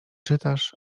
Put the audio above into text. czytasz